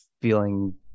feeling